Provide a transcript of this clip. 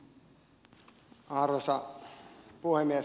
arvoisa puhemies